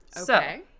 Okay